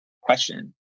question